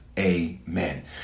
Amen